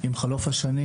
עם חלוף השנים,